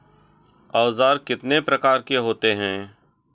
औज़ार कितने प्रकार के होते हैं?